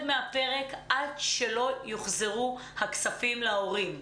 מהפרק עד שלא יוחזרו הכספים להורים ולילדים.